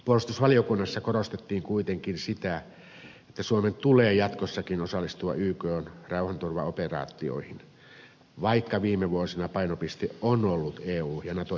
puolustusvaliokunnassa korostettiin kuitenkin sitä että suomen tulee jatkossakin osallistua ykn rauhanturvaoperaatioihin vaikka viime vuosina painopiste on ollut eu ja nato johtoisissa operaatioissa